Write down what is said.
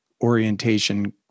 orientation